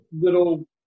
little